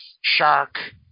shark